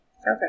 Okay